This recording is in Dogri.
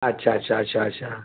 अच्छा अच्छा